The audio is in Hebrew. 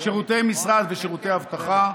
שירותי משרד ושירותי אבטחה.